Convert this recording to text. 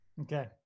Okay